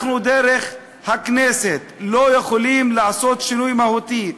אנחנו, דרך הכנסת, לא יכולים לעשות שינוי מהותי,